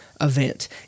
event